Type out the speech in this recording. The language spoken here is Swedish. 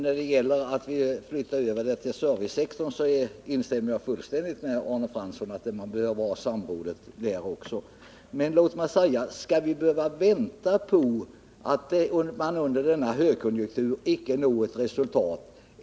Herr talman! Jag håller fullständigt med Arne Fransson om att man bör ha ett samråd även när det gäller överflyttning till servicesektorn. Men skall vi behöva vänta på att man under denna högkonjunktur når ett resultat?